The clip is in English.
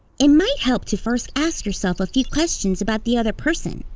it might help to first ask yourself a few questions about the other person,